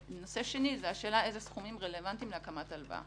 נושא שני זה השאלה איזה סכומים רלוונטיים להקמת הלוואה.